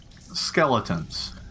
skeletons